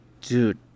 dude